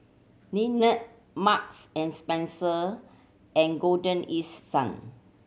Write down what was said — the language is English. Lindt Marks and Spencer and Golden East Sun